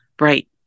right